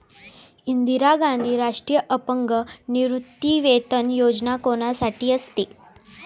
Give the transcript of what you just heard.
इंदिरा गांधी राष्ट्रीय अपंग निवृत्तीवेतन योजना कोणासाठी असते?